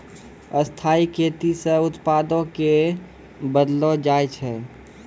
स्थाइ खेती से उत्पादो क बढ़लो जाय छै